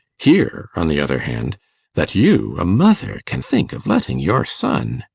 here, on the other hand that you, a mother, can think of letting your son